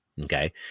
okay